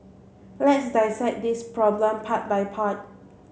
let's dissect this problem part by part